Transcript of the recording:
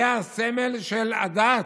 זה הסמל של הדת.